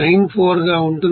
94 గా ఉంటుంది